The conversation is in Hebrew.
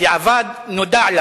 בדיעבד נודע לה